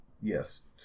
Yes